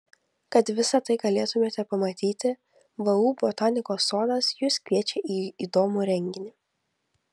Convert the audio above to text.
kad visa tai galėtumėte pamatyti vu botanikos sodas jus kviečia į įdomų renginį